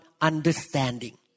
understanding